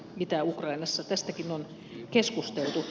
mitä ukrainassa tästäkin on keskusteltu